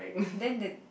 then the